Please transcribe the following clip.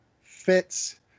fits